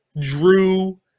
Drew